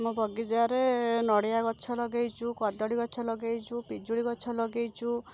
ଆମ ବଗିଚାରେ ନଡ଼ିଆଗଛ ଲଗେଇଛୁ କଦଳୀଗଛ ଲଗେଇଛୁ ପିଜୁଳିଗଛ ଲଗେଇଛୁ